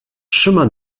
chemin